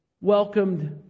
welcomed